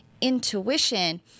intuition